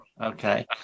okay